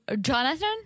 Jonathan